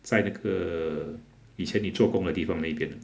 在那个以前你做工的地方哪一边